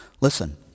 Listen